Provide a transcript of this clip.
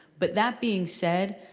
but that being said,